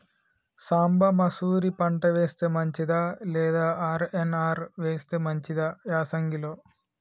సాంబ మషూరి పంట వేస్తే మంచిదా లేదా ఆర్.ఎన్.ఆర్ వేస్తే మంచిదా యాసంగి లో?